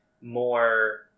more